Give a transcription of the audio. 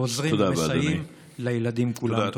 עוזרים ומסייעים לילדים כולם.